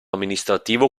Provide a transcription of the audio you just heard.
amministrativo